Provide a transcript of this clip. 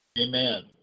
Amen